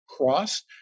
cross